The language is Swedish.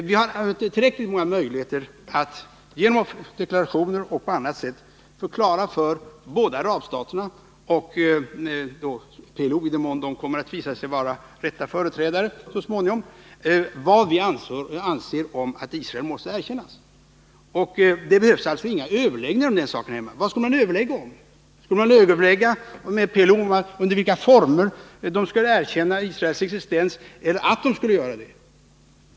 Vi har tillräckligt många möjligheter att genom deklarationer och på annat sätt förklara för både arabstaterna och PLO —-i den mån PLO visar sig vara rätt företrädare så småningom — vad vi anser om att Israel måste erkännas. Det behövs alltså inga överläggningar om den saken här hemma. Vad skall man överlägga om? Skall man överlägga med PLO om under vilka former PLO skulle erkänna Israels existens eller att PLO skulle göra det?